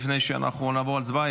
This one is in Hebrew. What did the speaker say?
לפני שאנחנו נעבור להצבעה,